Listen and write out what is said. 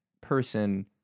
person